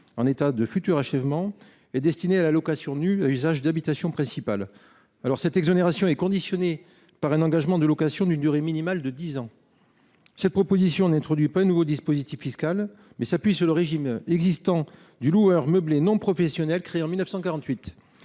en l’état de futur achèvement et destinés à la location nue à usage d’habitation principale. Cette exonération est conditionnée par un engagement de location du bien d’une durée minimale de dix ans. Cette proposition ne vise pas à introduire un nouveau dispositif fiscal, il s’appuie sur le régime existant de loueur meublé non professionnel, créé en 1948.